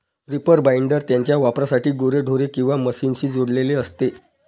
reaper binder त्याच्या वापरासाठी गुरेढोरे किंवा मशीनशी जोडलेले असते